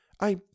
I